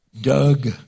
Doug